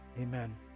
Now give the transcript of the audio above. Amen